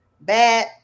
bad